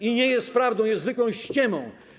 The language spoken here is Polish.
I nie jest prawdą, jest zwykłą ściemą.